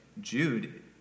Jude